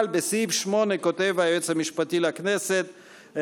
אבל בסעיף 8 כותב היועץ המשפטי לכנסת: